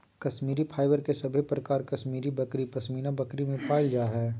Kashmiri fibre के सभे प्रकार कश्मीरी बकरी, पश्मीना बकरी में पायल जा हय